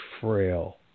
frail